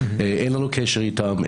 אין לנו קשר איתם,